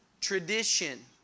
Tradition